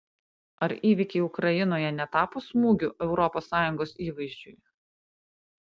ar įvykiai ukrainoje netapo smūgiu europos sąjungos įvaizdžiui